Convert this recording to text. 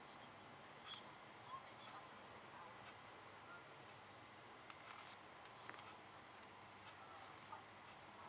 okay